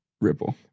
Ripple